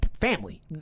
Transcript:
family